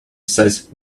says